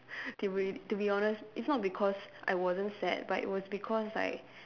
to be to be honest it's not because I wasn't sad but it was because like